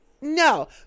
No